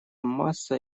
масса